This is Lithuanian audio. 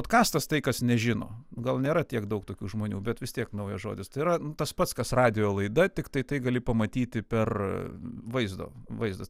podkastas tai kas nežino gal nėra tiek daug tokių žmonių bet vis tiek naujas žodis tai yra tas pats kas radijo laida tiktai tai gali pamatyti per vaizdo vaizdas